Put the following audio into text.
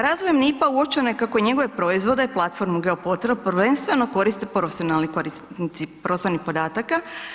Razvojem NIPP-a uočeno je kako njegove proizvode i platformu Geo portal prvenstveno koriste profesionalni korisnici prostornih podataka.